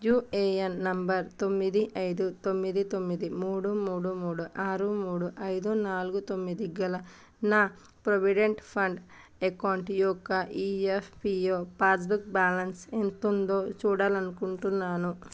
UAN number తొమ్మిది ఐదు తొమ్మిది తొమ్మిది మూడు మూడు మూడు ఆరు మూడు ఐదు నాలుగు తొమ్మిది గల నా ప్రొవిడెంట్ ఫండ్ ఎకౌంట్ యొక్క ఈఎఫ్పీఓ పాస్బుక్ బ్యాలన్స్ ఎంతుందో చూడాలనుకుంటున్నాను